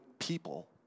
people